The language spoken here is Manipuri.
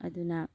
ꯑꯗꯨꯅ